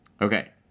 Okay